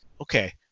okay